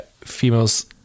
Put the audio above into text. females